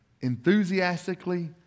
enthusiastically